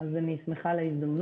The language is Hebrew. אז אני שמחה על ההזדמנות.